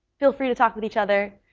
feel free to talk with each other.